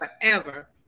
forever